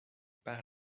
par